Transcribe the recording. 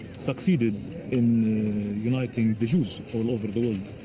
succeeded in uniting the jews all over the world.